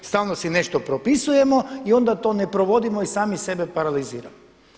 Stalno si nešto propisujemo i onda to ne provodimo i sami sebe paraliziramo.